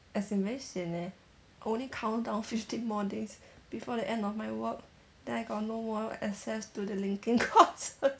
as in very sian leh only count down fifteen more days before the end of my work then I got no more access to the linkedin courses